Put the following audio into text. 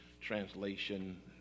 Translation